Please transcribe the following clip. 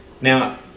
Now